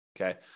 Okay